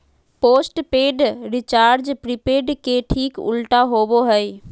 postpaid recharge prepaid के ठीक उल्टा होबो हइ